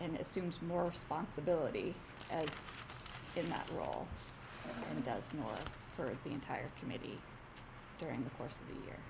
assumes more responsibility in that role and does more for the entire committee during the course of the year